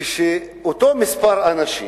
כשיש אותו מספר אנשים,